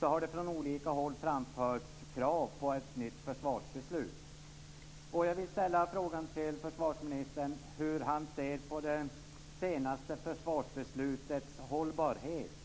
har det från olika håll framförts krav på ett nytt försvarsbeslut. Min första fråga är: Hur ser försvarsministern på det senaste försvarsbeslutets hållbarhet?